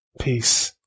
peace